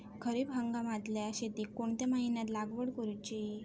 खरीप हंगामातल्या शेतीक कोणत्या महिन्यात लागवड करूची?